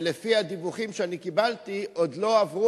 ולפי הדיווחים שאני קיבלתי עוד לא עברו